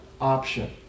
option